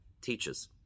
teaches